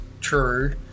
true